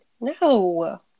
No